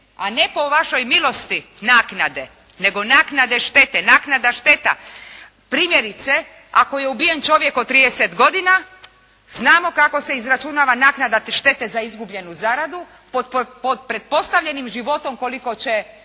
a ne po vašoj milosti naknade nego naknade štete, naknada šteta. Primjerice ako je ubijen čovjek od 30 godina znamo kako se izračunava naknada štete za izgubljenu zaradu pod pretpostavljenim životom koliko će,